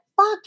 fuck